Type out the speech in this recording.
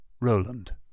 Roland